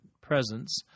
presence